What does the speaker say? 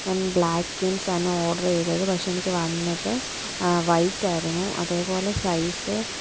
ഞാൻ black jeans ആണ് order ചെയ്തത് പക്ഷേ എനിക്ക് വന്നത് വൈറ്റ് ആയിരുന്നു അതെ പോലെ സൈസ്